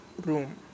room